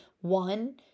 one